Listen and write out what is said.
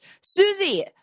Susie